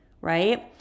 right